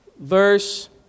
verse